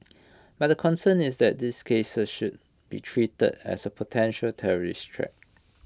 but the concern is that these cases should be treated as A potential terrorist threat